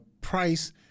price